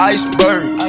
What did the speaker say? Iceberg